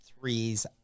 threes